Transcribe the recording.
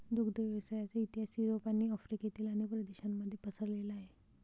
दुग्ध व्यवसायाचा इतिहास युरोप आणि आफ्रिकेतील अनेक प्रदेशांमध्ये पसरलेला आहे